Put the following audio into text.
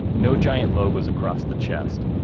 no giant logos across the chest.